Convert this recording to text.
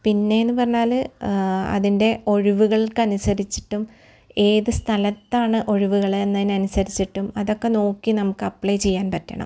പിന്നേന്ന് പറഞ്ഞാൽ അതിന്റെ ഒഴിവുകള്ക്കനുസരിച്ചിട്ടും ഏത് സ്ഥലത്താണ് ഒഴിവുകൾ എന്നയിനനുസരിച്ചിട്ടും അതക്കെ നോക്കി നമുക്കപ്പ്ളെയ് ചെയ്യാന് പറ്റണം